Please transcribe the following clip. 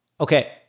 Okay